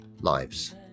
lives